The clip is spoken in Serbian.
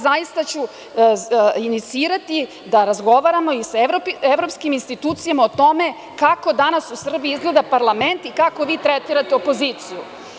Zaista ću inicirati da razgovaramo i sa evropskim institucijama o tome kako danas u Srbiji izgleda parlament i kako vi tretirate opoziciju.